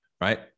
right